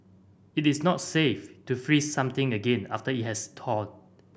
it is not safe to freeze something again after it has thawed